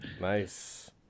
Nice